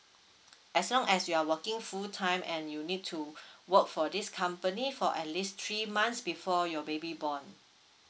as long as you're working full time and you need to work for this company for at least three months before your baby borned